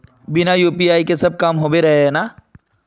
बिना यु.पी.आई के सब काम होबे रहे है ना?